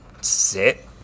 sit